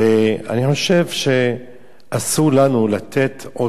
אני חושב שאסור לנו לתת עוד חרב